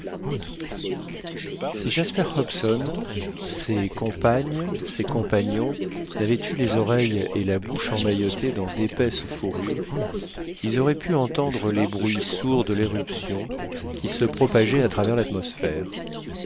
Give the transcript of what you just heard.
si jasper hobson ses compagnes ses compagnons n'avaient eu les oreilles et la bouche emmaillotées dans d'épaisses fourrures ils auraient pu entendre les bruits sourds de l'éruption qui se propageaient à travers l'atmosphère